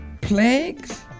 plagues